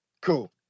cool